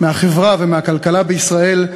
מהחברה ומהכלכלה בישראל,